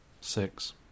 Six